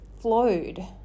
flowed